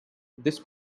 this